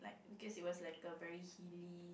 because it was like a very Heely